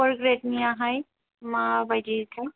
परग्रेतनियाहाय माबायदि थाय